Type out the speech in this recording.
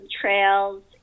trails